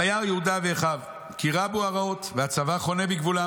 "וירא יהודה ואחיו כי רבו הרעות והצבא חונה בגבולם